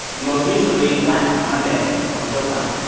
and most recently, black monday, on showtime.